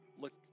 look